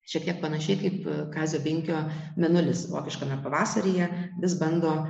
šiek tiek panašiai kaip kazio binkio mėnulis vokiškame pavasaryje vis bando